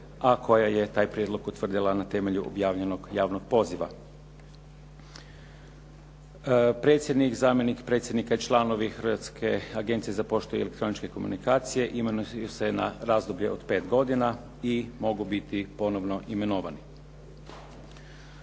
a koja je taj prijedlog utvrdila na temelju objavljenog javnog poziva. Predsjednik, zamjenik predsjednika i članovi Hrvatske agencije za poštu i elektroničke komunikacije imenuje se na razdoblje od 5 godina i mogu biti ponovno imenovani.